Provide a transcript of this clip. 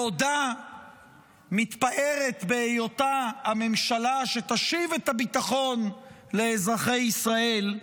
בעודה מתפארת בהיותה הממשלה שתשיב את הביטחון לאזרחי ישראל,